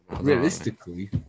Realistically